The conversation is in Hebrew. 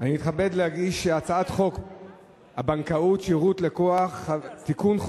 אני מתכבד להגיש את הצעת חוק הבנקאות (שירות ללקוח) (תיקון,